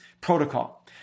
protocol